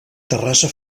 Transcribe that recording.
terrassa